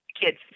Kids